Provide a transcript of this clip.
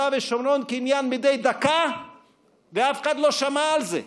ושומרון כעניין מדי דקה ואף אחד לא שמע על זה.